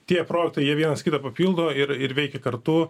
tie projektai jie vienas kitą papildo ir ir veikia kartu